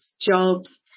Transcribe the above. jobs